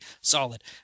solid